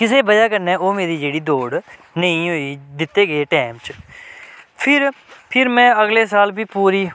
किसै बजह कन्नै ओह् मेरी जेह्ड़ी दौड़ नेईं होई दित्ते गे टैम च फिर फिर में अगले साल बी पूरी